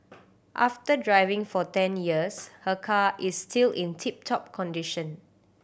after driving for ten years her car is still in tip top condition